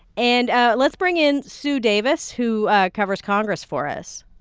and ah let's bring in sue davis, who covers congress for us.